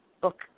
book